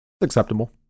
Acceptable